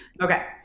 Okay